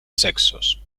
sexos